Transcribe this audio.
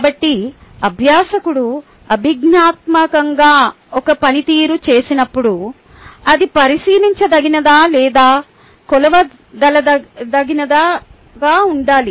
కాబట్టి అభ్యాసకుడు అభిజ్ఞాత్మకంగా ఒక పనితీరు చేసినప్పుడు అది పరిశీలించదగినదిగా లేదా కొలవగలదిగా ఉండాలి